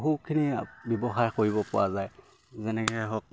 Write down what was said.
বহুখিনি ব্যৱসায় কৰিব পৰা যায় যেনেকে হওক